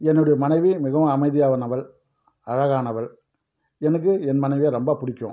என்னுடைய மனைவி மிகவும் அமைதியானவள் அழகானவள் எனக்கு என் மனைவியை ரொம்ப பிடிக்கும்